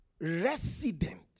Resident